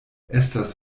estas